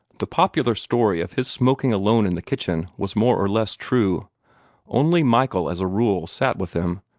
the popular story of his smoking alone in the kitchen was more or less true only michael as a rule sat with him,